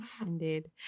Indeed